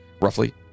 Roughly